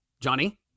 Johnny